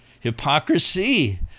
hypocrisy